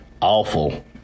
awful